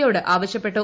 യോട് ആവശ്യപ്പെട്ടു